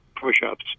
push-ups